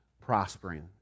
prospering